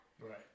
Right